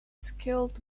skilled